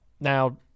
Now